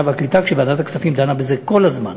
והקליטה כשוועדת הכספים דנה בזה כל הזמן.